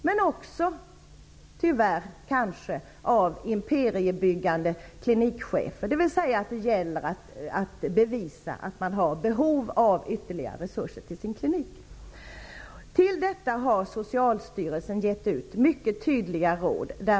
Men den kan tyvärr också kanske bero på imperiebyggande klinikchefer, klinikchefer som måste bevisa behovet av ytterligare resurser till sina resp. Socialstyrelsen har gett ut mycket tydliga råd om detta.